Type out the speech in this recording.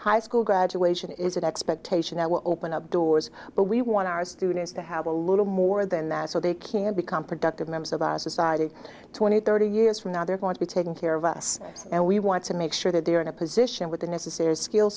high school graduation is an expectation that will open up doors but we want our students to have a little more than that so they can become productive members of our society twenty thirty years from now they're going to be taking care of us and we want to make sure that they are in a position with the necessary skill